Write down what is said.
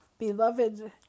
Beloved